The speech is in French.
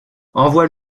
envoie